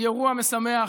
היא אירוע משמח,